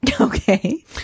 Okay